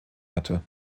hatte